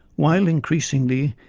while, increasingly,